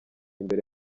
imbere